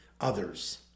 others